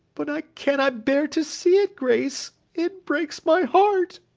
but i cannot bear to see it, grace! it breaks my heart